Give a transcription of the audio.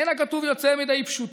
אין הכתוב יוצא מידי פשוטו.